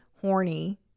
horny